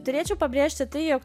turėčiau pabrėžti tai jog